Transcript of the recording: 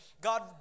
God